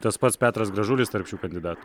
tas pats petras gražulis tarp šių kandidatų